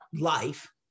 life